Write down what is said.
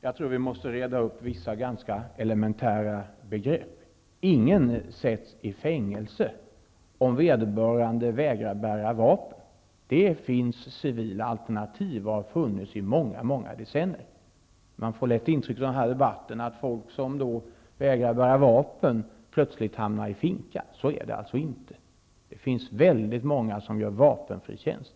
Jag tror att vi måste reda upp vissa mycket elementära begrepp. Ingen sätts i fängelse om vederbörande vägrar att bära vapen. Det finns och har funnits i många decennier civila alternativ. Man får lätt intrycket av den här debatten att folk som vägrar att bära vapen plötsligt hamnar i finkan. Så är det alltså inte. Det finns många som gör vapenfri tjänst.